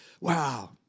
Wow